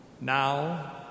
Now